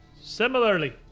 Similarly